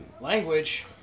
Language